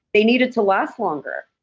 they need it to last longer.